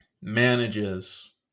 manages